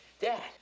Dad